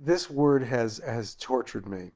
this word has has tortured me